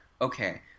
okay